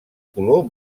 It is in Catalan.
color